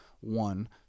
One